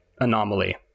anomaly